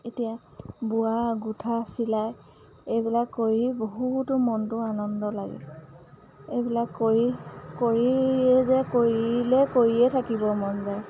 এতিয়া বোৱা গোঁঠা চিলাই এইবিলাক কৰি বহুতো মনটো আনন্দ লাগে এইবিলাক কৰি কৰি যে কৰিলে কৰিয়ে থাকিব মন যায়